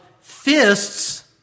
fists